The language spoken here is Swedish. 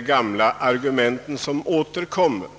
gamla argumenten återkommer också.